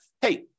hey